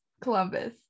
Columbus